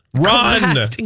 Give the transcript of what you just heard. Run